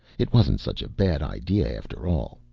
it wasn't such a bad idea after all.